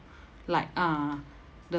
like uh the